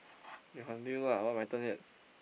you continue lah not my turn yet